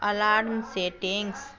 alarm settings